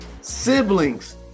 siblings